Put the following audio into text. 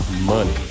money